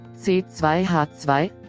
C2H2